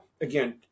again